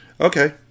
Okay